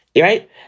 Right